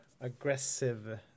aggressive